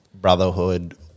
brotherhood